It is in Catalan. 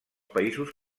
països